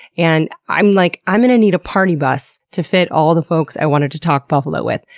and i'm like, i'm gonna need a party bus to fit all the folks i wanted to talk buffalo with.